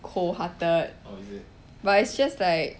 cold hearted but it's just like